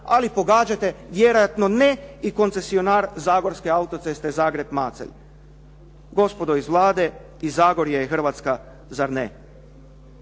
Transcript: ali pogađate vjerojatno ne i koncesionar zagorske auto-ceste Zagreb-Macelj. Gospodo iz Vlade, i Zagorje je Hrvatska zar ne?